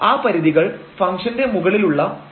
ആ പരിധികൾ ഫംഗ്ഷന്റെ മുകളിലുള്ള അധിക പരിധികളാണ്